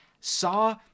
saw